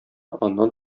аннан